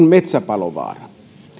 metsäpalovaara